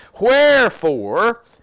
wherefore